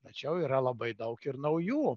tačiau yra labai daug ir naujų